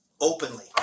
openly